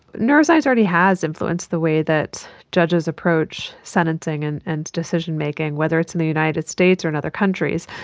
neuroscience already has influenced the way that judges approach sentencing and and decision-making, whether it's in the united states or in other countries.